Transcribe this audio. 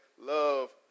love